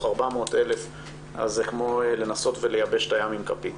400,000 אז זה כמו לנסות לייבש את הים עם כפית.